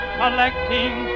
collecting